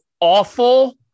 awful